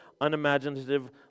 unimaginative